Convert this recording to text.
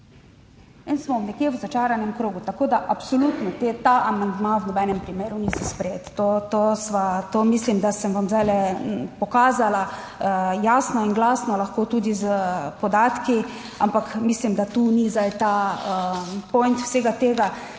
In smo nekje v začaranem krogu. Tako da absolutno ta amandma v nobenem primeru niso sprejet. To mislim, da sem vam zdajle pokazala jasno in glasno, lahko tudi s podatki, ampak mislim, da tu ni zdaj point vsega tega,